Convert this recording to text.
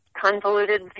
convoluted